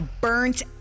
burnt